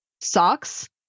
Socks